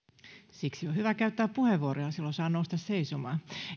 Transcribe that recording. siksi on hyvä käyttää puheenvuoroja silloin saa nousta seisomaan